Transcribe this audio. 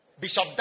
Bishop